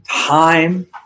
time